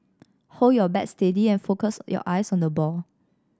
hold your bat steady and focus your eyes on the ball